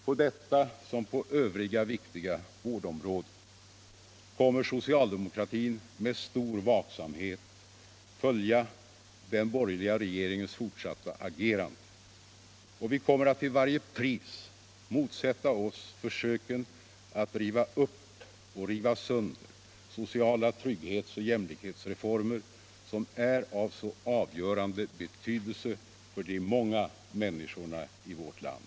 På detua liksom på övriga viktiga vårdområden kommer socialdemokratin att med stor vaksamhet följa den borgerliga regeringens fortsatta agerande, och vi kommer att till varje pris motsiätta oss försöken att riva upp och riva sönder sociala trygghetsoch jämlikhetsreformer, som är av så avgörande betydelse för de många människorna i vårt land.